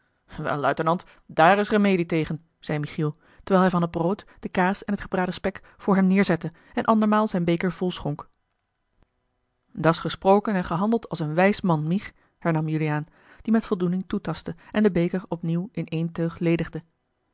luitenant dààr is remedie tegen zei michiel terwijl hij van het brood de kaas en t gebraden spek voor hem neêrzette en andermaal zijn beker vol schonk dat's gesproken en gehandeld als een wijs man mich hernam juliaan die met voldoening toetaste en den beker opnieuw in één teug ledigde